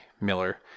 Miller